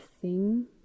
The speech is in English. thing